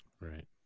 Right